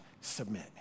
submit